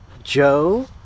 Joe